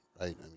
right